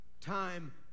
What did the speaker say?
time